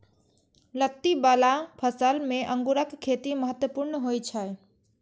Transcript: लत्ती बला फसल मे अंगूरक खेती महत्वपूर्ण होइ छै